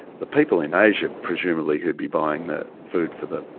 the people in asia, presumably, who'd be buying the food for the.